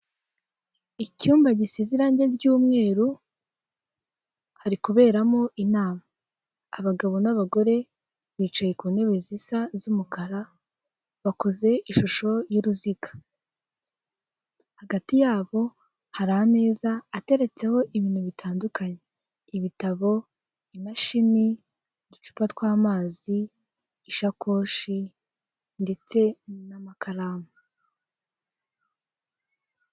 Icyumba gisize irangi ry'umweru hari kuberamo inama, abagabo n'abagore bicaye ku ntebe zisa z'umukara, bakoze ishusho y'uruziga, hagati yabo hari ameza ateretseho ibintu bitandukanye, ibitabo, imashini, uducupa tw'amazi, ishakoshi ndetse n'amakaramu.